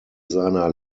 seiner